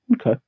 Okay